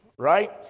right